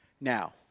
Now